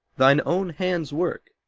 thine own hands' work,